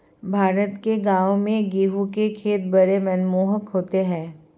भारत के गांवों में गेहूं के खेत बड़े मनमोहक होते हैं